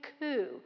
coup